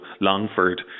Longford